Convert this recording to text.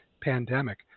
pandemic